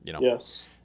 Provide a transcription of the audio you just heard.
Yes